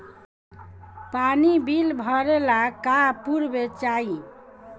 पानी बिल भरे ला का पुर्फ चाई?